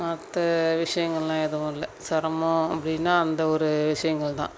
மற்ற விஷயங்களெலாம் எதுவும் இல்லை சிரமோம் அப்படின்னா அந்த ஒரு விஷயங்கள் தான்